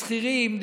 לשכירים,